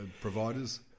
providers